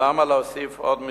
ולמה להוסיף עוד מיסוי?